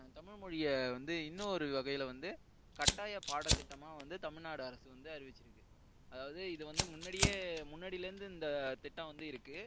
தமிழ் மொழியை வந்து இன்னொரு வகையில் வந்து கட்டாய பாடத்திட்டமாக வந்து தமிழ்நாடு அரசு வந்து அறிவிச்சுருக்கு அதாவது இது வந்து முன்னாடியே முன்னாடிலேருந்து இந்த திட்டம் வந்து இருக்கு